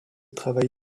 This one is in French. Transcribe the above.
travail